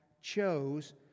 chose